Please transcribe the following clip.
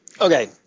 Okay